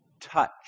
touch